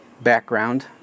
background